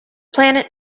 planet